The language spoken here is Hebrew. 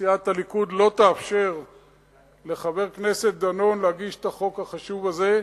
שסיעת הליכוד לא תאפשר לחבר הכנסת דנון להגיש את החוק החשוב הזה.